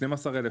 12,000,